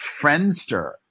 Friendster